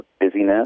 busyness